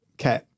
Okay